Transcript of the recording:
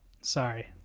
Sorry